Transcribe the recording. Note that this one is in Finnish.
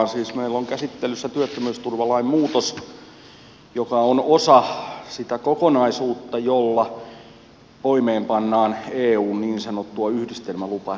siis meillä on käsittelyssä työttömyysturvalain muutos joka on osa sitä kokonaisuutta jolla toimeenpannaan eun niin sanottua yhdistelmälupadirektiiviä